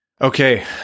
Okay